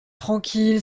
tranquille